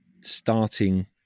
starting